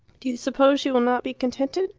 do you suppose she will not be contented?